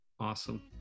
Awesome